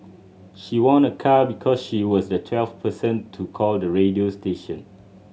she won a car because she was the twelfth person to call the radio station